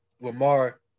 Lamar